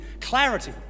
clarity